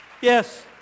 yes